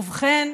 ובכן,